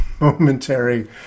momentary